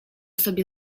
sobie